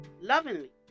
lovingly